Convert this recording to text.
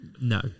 No